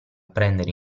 prendere